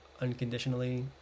unconditionally